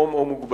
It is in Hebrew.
לאום או מוגבלות.